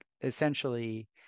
essentially